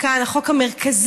זה יהיה החוק המרכזי,